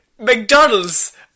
McDonald's